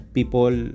People